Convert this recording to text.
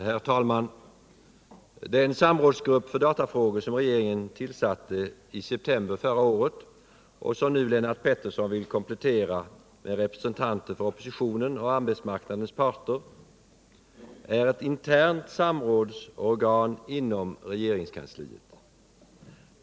Herr talman! Den samrådsgrupp för datafrågor, som regeringen tillsatte i september förra året och som nu Lennart Pettersson vill komplettera med representanter för oppositionen och arbetsmarknadens parter, är ett internt samrådsorgan inom regeringskansliet.